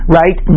right